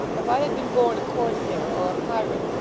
if i had been born a corsair or a pirate,